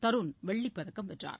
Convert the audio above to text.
தருண் வெள்ளிப் பதக்கம் வென்றார்